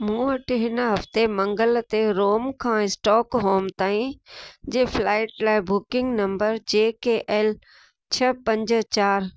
मूं वटि हिन हफ़्ते मंगल ते रोम खां स्टॉक होम ताईं जे फ्लाईट लाइ बुकिंग नम्बर जे के एल छह पंज चार